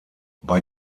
bei